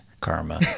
karma